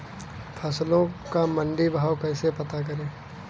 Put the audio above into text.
फसलों का मंडी भाव कैसे पता करें?